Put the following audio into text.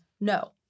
No